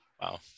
Wow